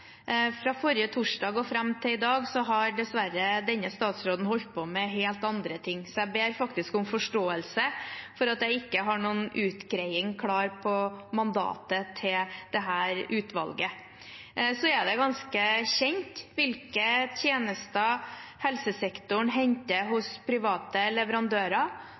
Fra forrige torsdag og fram til i dag har dessverre denne statsråden holdt på med helt andre ting, så jeg ber faktisk om forståelse for at jeg ikke har noen utgreiing klar på mandatet til dette utvalget. Det er ganske kjent hvilke tjenester helsesektoren henter hos private leverandører.